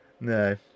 no